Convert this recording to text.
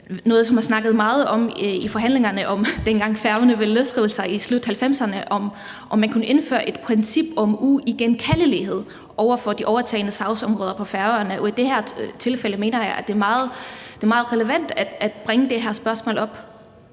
noget, som man snakkede meget om i forhandlingerne, dengang Færøerne i slutningen af 1990'erne ville løsrive sig, nemlig om man kunne indføre et princip om uigenkaldelighed for de overtagne sagsområder på Færøerne. I det her tilfælde mener jeg, at det er meget relevant at bringe det her spørgsmål op.